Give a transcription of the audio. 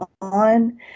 on